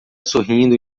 sorrindo